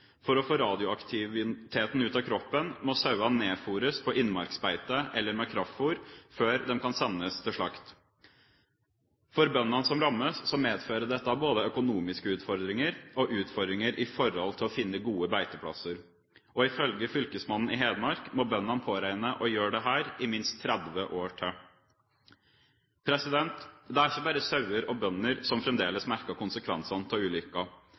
For å få radioaktiviteten ut av kroppen må sauene nedfôres på innmarksbeite eller med kraftfôr, før de kan sendes til slakt. For bøndene som rammes, medfører dette både økonomiske utfordringer og utfordringer med å finne gode beiteplasser. Ifølge fylkesmannen i Hedmark må bøndene påregne å gjøre dette i minst 30 år til. Det er ikke bare sauer og bønder som fremdeles merker konsekvensene av